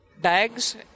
bags